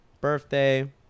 birthday